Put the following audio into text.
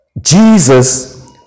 Jesus